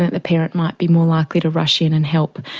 ah the parent might be more likely to rush in and help,